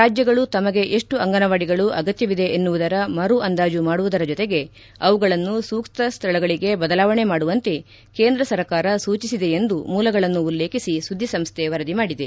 ರಾಜ್ಯಗಳು ತಮಗೆ ಎಷ್ಟು ಅಂಗನವಾಡಿಗಳು ಅಗತ್ತವಿದೆ ಎನ್ನುವುದರ ಮರು ಅಂದಾಜು ಮಾಡುವುದರ ಜೊತೆಗೆ ಅವುಗಳನ್ನು ಸೂಕ್ತ ಸ್ಥಳಗಳಿಗೆ ಬದಲಾವಣೆ ಮಾಡುವಂತೆ ಕೇಂದ್ರ ಸರ್ಕಾರ ಸೂಚಿಸಿದೆ ಎಂದು ಮೂಲಗಳನ್ನು ಉಲ್ಲೇಖಿಸಿ ಸುದ್ದಿಸಂಸ್ಥೆ ವರದಿ ಮಾಡಿದೆ